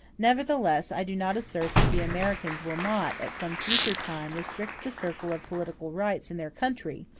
nevertheless, i do not assert that the americans will not, at some future time, restrict the circle of political rights in their country,